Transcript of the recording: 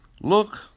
Look